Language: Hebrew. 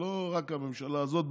זה לא רק הממשלה הזאת,